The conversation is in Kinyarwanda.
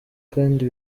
kandi